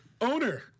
Owner